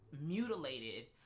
mutilated